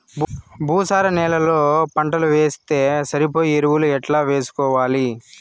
భూసార నేలలో పంటలు వేస్తే సరిపోయే ఎరువులు ఎట్లా వేసుకోవాలి?